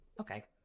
Okay